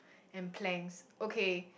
and planks okay